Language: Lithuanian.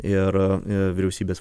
ir vyriausybės